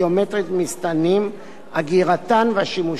אגירתן והשימושים השונים בהן.